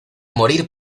morir